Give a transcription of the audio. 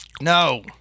No